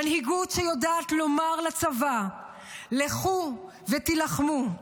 מנהיגות שיודעת לומר לצבא: לכו ותילחמו,